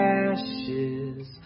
ashes